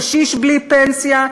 קשיש בלי פנסיה,